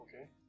okay